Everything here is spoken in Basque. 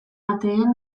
ahateen